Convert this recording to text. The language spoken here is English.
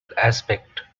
aspect